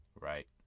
Right